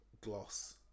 gloss